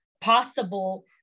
possible